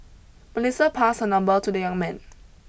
Melissa passed her number to the young man